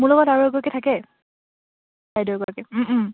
মোৰ লগত আৰু এগৰাকী থাকে বাইদেউ এগৰাকী